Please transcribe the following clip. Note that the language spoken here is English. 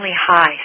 high